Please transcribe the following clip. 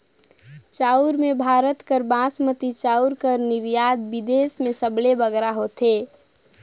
चाँउर में भारत कर बासमती चाउर कर निरयात बिदेस में सबले बगरा होथे